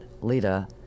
Lita